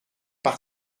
par